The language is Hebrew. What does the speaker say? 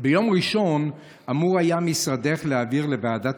ביום ראשון היה אמור משרדך להעביר לוועדת